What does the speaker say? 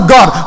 God